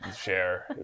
share